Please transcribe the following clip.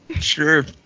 Sure